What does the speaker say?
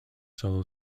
solo